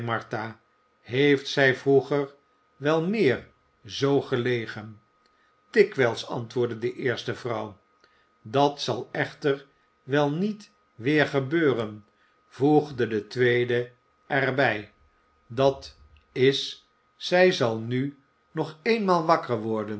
heeft zij vroeger wel meer zoo gelegen dikwijls antwoordde de eerste vrouw dat zal echter wel niet weer gebeuren voegde de tweede er bij dat is zij zal nu nog eenmaal wakker worden